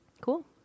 cool